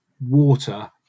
water